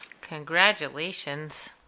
Congratulations